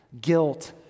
guilt